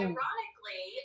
Ironically